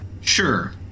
Sure